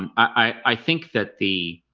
i i think that the